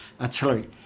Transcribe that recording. artillery